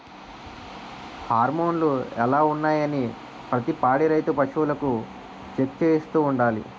హార్మోన్లు ఎలా ఉన్నాయి అనీ ప్రతి పాడి రైతు పశువులకు చెక్ చేయిస్తూ ఉండాలి